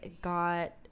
got